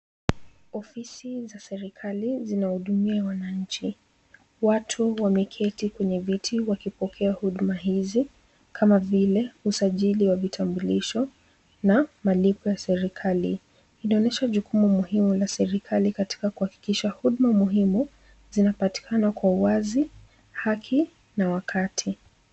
Ofisi za serikali zinahudumia wananchi. Watu wameketi kwenye viti wakipokea huduma hizi kama vile usajili wa vitambulisho na malipo ya serikali. Inaonyesha jukumu muhimu la serikali katika kuhakikisha huduma muhimu zinapatikana kwa uwazi, haki na wakati.